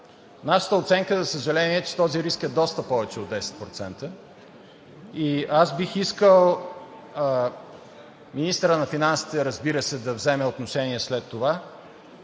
за съжаление, е, че този риск е доста повече от 10% и аз бих искал министърът на финансите, разбира се, да вземе отношение след това